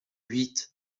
huit